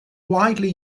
widely